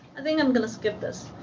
i think i'm going to skip this.